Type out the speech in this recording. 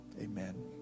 amen